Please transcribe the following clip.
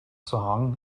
song